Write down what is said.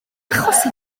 achosi